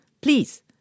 Please